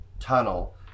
tunnel